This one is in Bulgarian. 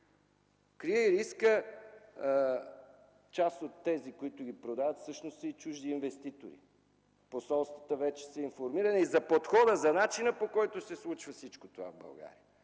крие риск. Част от тези, които ги продават, всъщност са чужди инвеститори. Посолствата вече са информирани за подхода, за начина, по който се случва всичко това в България.